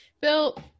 Bill